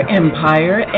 empire